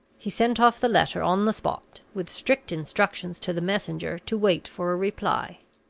he sent off the letter on the spot, with strict instructions to the messenger to wait for a reply.